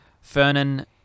Fernan